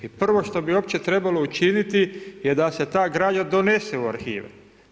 I provo što bi uopće trebalo učiniti je da se ta građa donese u arhivu.